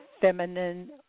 feminine